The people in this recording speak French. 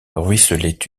ruisselait